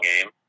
game